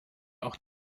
auch